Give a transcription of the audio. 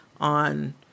on